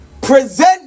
Present